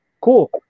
cool